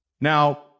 Now